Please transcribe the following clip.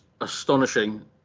astonishing